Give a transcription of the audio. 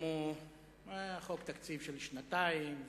כמו חוק תקציב של שנתיים,